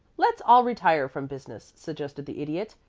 let's all retire from business, suggested the idiot,